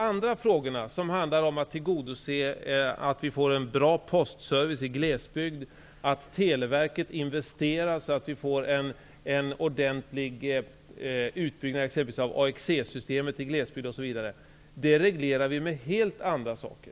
Vi skall också tillse att vi får en bra postservice i glesbygd, att Televerket investerar så att vi t.ex. får en ordentlig utbyggnad av AXE-systemet i glesbygd osv. Detta reglerar vi med helt andra medel.